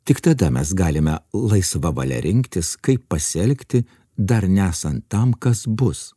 tik tada mes galime laisva valia rinktis kaip pasielgti dar nesant tam kas bus